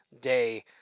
day